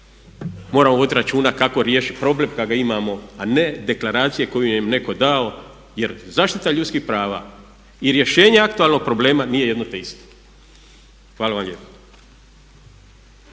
mora voditi računa kako riješiti problem kad ga imamo a ne deklaracije koju nam je netko dao jer zaštita ljudskih prava i rješenje aktualnog problema nije jedno te isto. Hvala vam lijepo.